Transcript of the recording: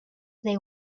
they